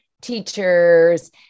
teachers